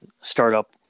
startup